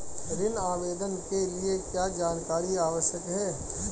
ऋण आवेदन के लिए क्या जानकारी आवश्यक है?